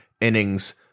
innings